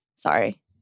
Sorry